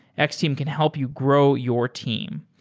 x-team can help you grow your team.